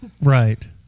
Right